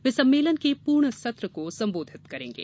वे सम्मेलन के पूर्ण सत्र को संबोधित करेंगे